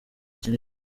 kinini